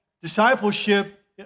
discipleship